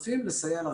ולסיים עם